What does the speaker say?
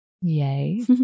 Yay